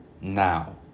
now